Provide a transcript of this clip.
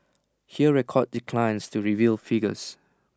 Hear records declines to reveal figures